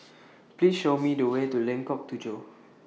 Please Show Me The Way to Lengkok Tujoh